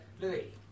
Louis